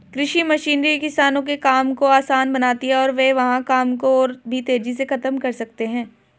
कृषि मशीनरी किसानों के काम को आसान बनाती है और वे वहां काम को और भी तेजी से खत्म कर सकते हैं